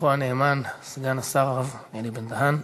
שליחו הנאמן, סגן השר הרב אלי בן-דהן.